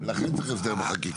לכן צריך הסדר בחקיקה.